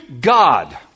God